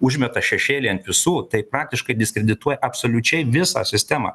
užmeta šešėlį ant visų tai praktiškai diskredituoja absoliučiai visą sistemą